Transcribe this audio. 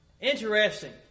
Interesting